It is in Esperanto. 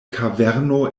kaverno